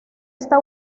esta